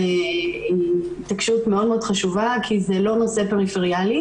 היא התעקשות מאוד מאוד חשובה כי זה לא נושא פריפריאלי,